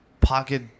pocket